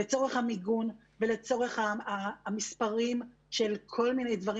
לצורך המיגון ולצורך המספרים של כל מיני דברים,